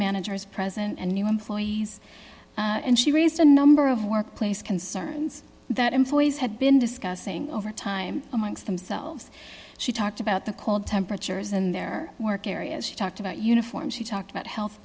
managers present and new employees and she raised a number of workplace concerns that employees had been discussing over time amongst themselves she talked about the cold temperatures in their work areas she talked about uniforms she talked about health